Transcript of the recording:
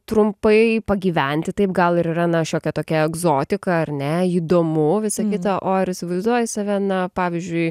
trumpai pagyventi taip gal ir yra na šiokia tokia egzotika ar ne įdomu visa kita o ar įsivaizduoji save na pavyzdžiui